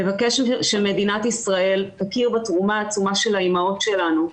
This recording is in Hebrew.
נבקש שמדינת ישראל תכיר בתרומה העצומה של האימהות שלנו,